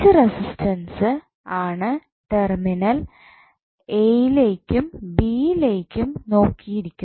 resistance ആണ് terminal A ലെയ്ക്കും B ലെയ്ക്കും നോക്കിയിരിക്കുത്